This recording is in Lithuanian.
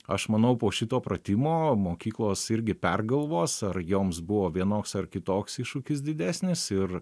aš manau po šito pratimo mokyklos irgi pergalvos ar joms buvo vienoks ar kitoks iššūkis didesnis ir